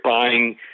buying